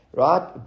right